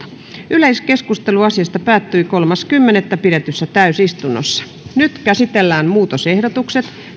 yleiskeskustelu asiasta päättyi kolmas kymmenettä kaksituhattakahdeksantoista pidetyssä täysistunnossa nyt käsitellään muutosehdotukset